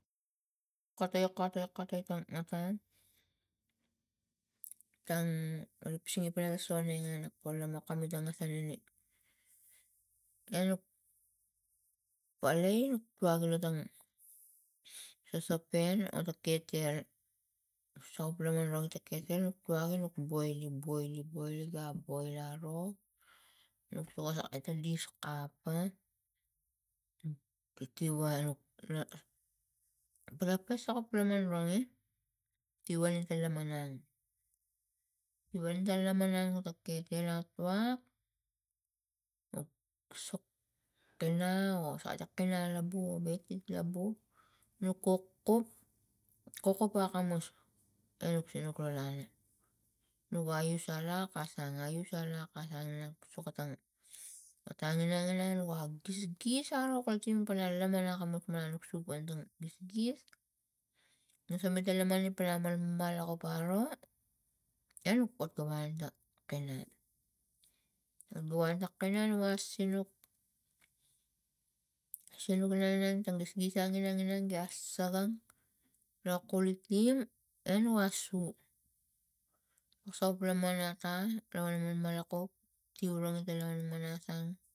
Kote kote kote tang na kaian, tang ri pusine pana so ngi ngan na polama kami tana salane enuk palai nuk tuagila tang sosopen ota ketel sop laman ro ta ketel nuk tuagi nuk boilim boilim boilim ga boil aro nuk soko ta tadis kapa piti wara la pata kas sokop laman ronge tival ta laman nang, tival ta laman ta ketel atua ok sokina o sata kena atabu bedsit labu nuk kukuk, kukuk akamus enuk so nuk rolana nuk aius alak asang, aius alak asang nak sokotan otang inang inang nua gisgis nosolita lamani pana malmalak ki paro e nuk kot ta wani pa kenan guan ta kenan nugu sinuk, sinuk inang inang ta gisgis ga inang inang ga sangang lo kulatim e nu a su nu sop laman ata manakuk tiura ni tangan manmans sang.